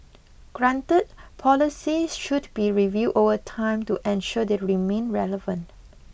granted policies should be reviewed over time to ensure they remain relevant